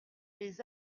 les